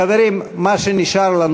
חברים, מה שנשאר לנו